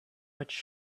much